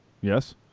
Yes